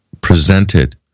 presented